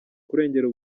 kurengera